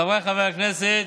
חבריי חברי הכנסת,